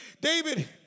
David